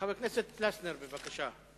חבר הכנסת יוחנן פלסנר, בבקשה.